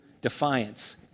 defiance